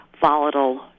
volatile